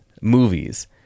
movies